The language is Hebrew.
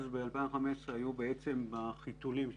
אז ב-2015 הם היו בחיתולים שלהם.